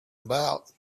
about